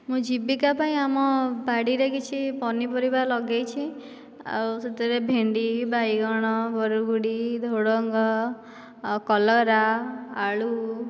ମୁଁ ଜୀବିକା ପାଇଁ ଆମ ବାଡ଼ିରେ କିଛି ପନିପରିବା ଲଗେଇଛି ଆଉ ସେଥିରେ ଭେଣ୍ଡି ବାଇଗଣ ବରଗୁଡ଼ି ଝୁଡ଼ଙ୍ଗ ଆଉ କଲରା ଆଳୁ